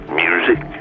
music